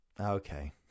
Okay